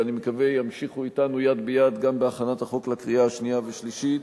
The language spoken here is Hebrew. ואני מקווה שימשיכו אתנו יד ביד גם בהכנת החוק לקריאה השנייה והשלישית,